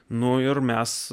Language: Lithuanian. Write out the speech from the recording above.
nu ir mes